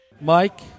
Mike